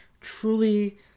truly